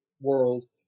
world